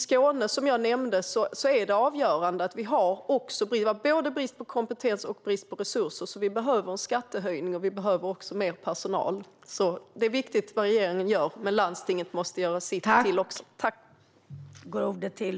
Som jag nämnde är det i Skåne avgörande att vi har både brist på kompetens och brist på resurser. Vi behöver en skattehöjning, och vi behöver också mer personal. Det är viktigt vad regeringen gör, men landstinget måste också göra sitt till.